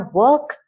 work